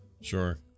Sure